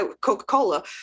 Coca-Cola